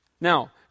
Now